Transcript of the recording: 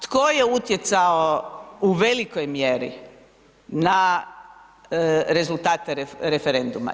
Tko je utjecao u velikoj mjeri na rezultate referenduma.